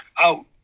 out